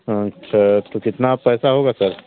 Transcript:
अच्छा तो कितना पैसा होगा सर